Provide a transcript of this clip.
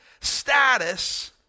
status